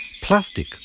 Plastic